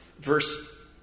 verse